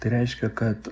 tai reiškia kad